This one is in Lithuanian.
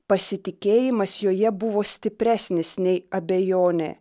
pasitikėjimas joje buvo stipresnis nei abejonė